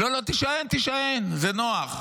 --- לא, לא, תישען, תישען, זה נוח.